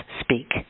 speak